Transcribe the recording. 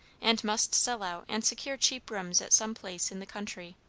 and must sell out and secure cheap rooms at some place in the country.